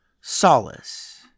solace